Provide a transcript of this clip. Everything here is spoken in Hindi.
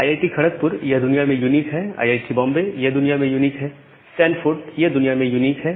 आईआईटी खड़कपुर यह दुनिया में यूनिक है आईआईटी बॉम्बे यह दुनिया में यूनिक है स्टैनफोर्ड यह दुनिया में यूनिक है